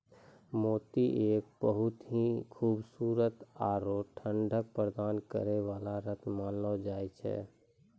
मोती एक बहुत हीं खूबसूरत आरो ठंडक प्रदान करै वाला रत्न मानलो जाय छै